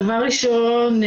דבר ראשון,